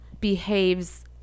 behaves